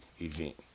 event